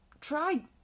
try